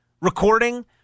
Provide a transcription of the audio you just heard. recording